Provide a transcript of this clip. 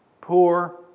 poor